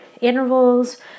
intervals